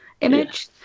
image